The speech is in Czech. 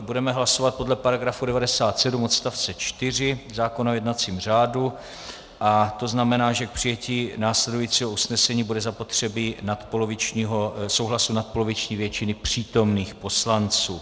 Budeme hlasovat podle § 97 odst. 4 zákona o jednacím řádu, to znamená, že k přijetí následujícího usnesení bude zapotřebí souhlasu nadpoloviční většiny přítomných poslanců.